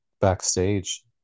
backstage